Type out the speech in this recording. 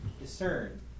discern